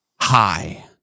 hi